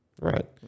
Right